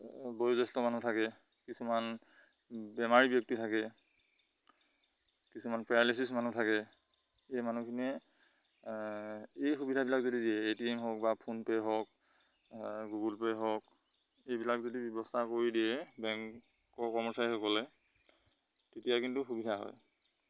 বয়োজ্যেষ্ঠ মানুহ থাকে কিছুমান বেমাৰী ব্যক্তি থাকে কিছুমান পেৰালাইচিছ মানুহ থাকে এই মানুহখিনিয়ে এই সুবিধাবিলাক যদি দিয়ে এ টিএম হওক বা ফোনপে' হওক গুগল পে' হওক এইবিলাক যদি ব্যৱস্থা কৰি দিয়ে বেংকৰ কৰ্মচাৰীসকলে তেতিয়া কিন্তু সুবিধা হয়